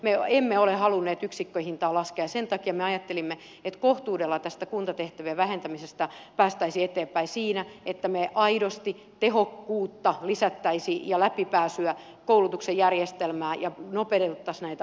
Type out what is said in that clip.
me emme ole halunneet yksikköhintaa laskea ja sen takia me ajattelimme että kohtuudella tästä kuntatehtävien vähentämisestä päästäisiin eteenpäin siinä että me aidosti lisäisimme tehokkuutta ja läpipääsyä koulutuksen järjestelmää ja nopeuttaisimme näitä opintopolkuja